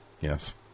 Yes